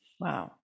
Wow